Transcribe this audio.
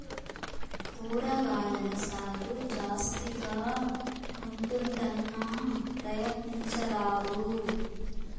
కూరగాయల సాగు జాస్తిగా ఉంటుందన్నా, ప్రయత్నించరాదూ